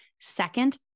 Second